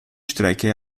strecke